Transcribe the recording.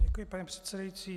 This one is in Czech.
Děkuji, pane předsedající.